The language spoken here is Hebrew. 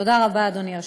תודה רבה, אדוני היושב-ראש.